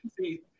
see